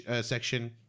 section